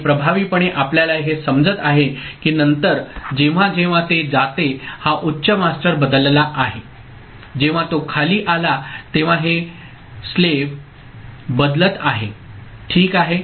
आणि प्रभावीपणे आपल्याला हे समजत आहे की नंतर जेव्हा जेव्हा ते जाते हा उच्च मास्टर बदलला आहे जेव्हा तो खाली आला तेव्हा हे गुलाम बदलत आहे ठीक आहे